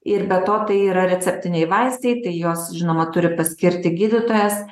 ir be to tai yra receptiniai vaistai tai juos žinoma turi paskirti gydytojas